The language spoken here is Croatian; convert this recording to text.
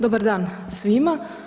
Dobar dan svima.